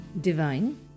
Divine